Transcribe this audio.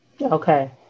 Okay